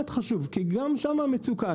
באמת חשוב, כי המצוקה נמצאת גם שם.